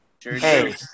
Hey